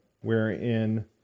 wherein